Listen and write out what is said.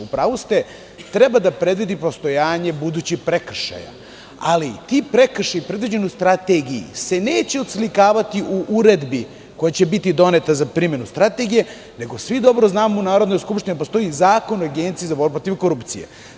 U pravu ste, treba da predvidi postojanje budućih prekršaja, ali ti prekršaji predviđeni u strategiji se neće oslikavati u uredbi koja će biti doneta za primenu strategije, nego svi dobro znamo u Narodnoj skupštini, da postoji Zakon o Agenciji za borbu protiv korupcije.